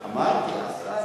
נכון.